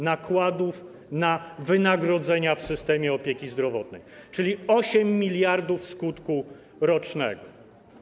nakładów na wynagrodzenia w systemie opieki zdrowotnej, czyli 8 mld zł skutku rocznego.